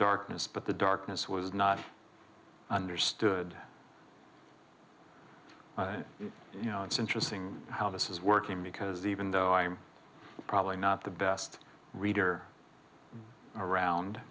darkness but the darkness was not understood you know it's interesting how this is working because even though i am probably not the best reader